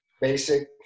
basic